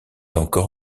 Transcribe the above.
encore